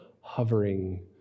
hovering